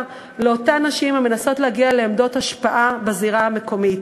לנשים המנסות להגיע לעמדות השפעה בזירה המקומית.